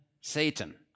Satan